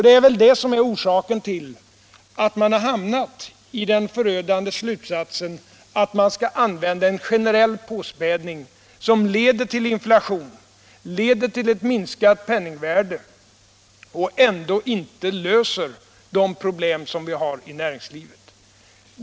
Det är väl detta som är orsaken till att regeringen kommit till den slutsatsen att man skall tillämpa en generell påspädning. Detta leder till inflation och till ett minskat penningvärde, och det löser inte de problem som vi har i näringslivet.